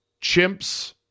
chimps